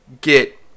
get